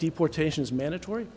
deportations mandatory